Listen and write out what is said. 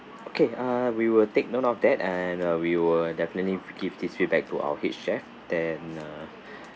okay uh we will take note of that and uh we will definitely give this feedback to our head chef then uh